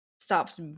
stops